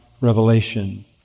revelation